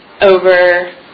over